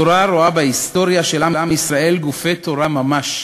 התורה רואה בהיסטוריה של עם ישראל גופי תורה ממש.